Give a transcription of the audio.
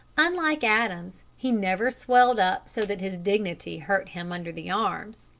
unlike adams, he never swelled up so that his dignity hurt him under the arms.